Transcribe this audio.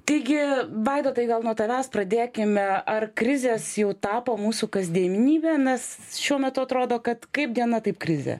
taigi vaidotai gal nuo tavęs pradėkime ar krizės jau tapo mūsų kasdienybe nes šiuo metu atrodo kad kaip diena taip krizė